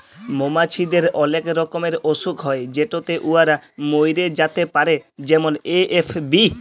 মমাছিদের অলেক রকমের অসুখ হ্যয় যেটতে উয়ারা ম্যইরে যাতে পারে যেমল এ.এফ.বি